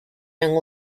young